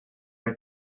are